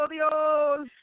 Dios